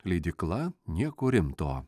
leidykla nieko rimto